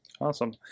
Awesome